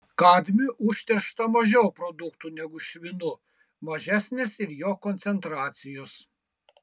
kadmiu užteršta mažiau produktų negu švinu mažesnės ir jo koncentracijos